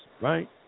right